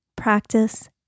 practice